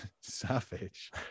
savage